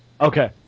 Okay